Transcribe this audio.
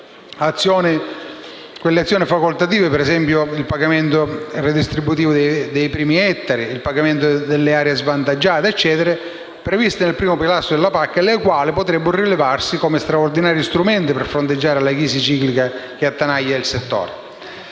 azioni facoltative (per esempio pagamento redistributivo per i primi ettari, pagamento delle aree svantaggiate eccetera) previste nel primo pilastro della PAC, le quali potrebbero rivelarsi degli straordinari strumenti per fronteggiare la crisi ciclica che attanaglia il settore